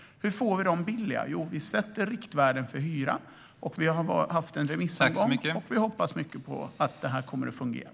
Hur får vi dem billiga? Jo, vi sätter riktvärden för hyran. Vi har haft en remissomgång, och vi hoppas mycket på att det kommer att fungera.